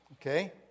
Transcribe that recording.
okay